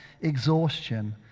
exhaustion